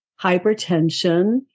hypertension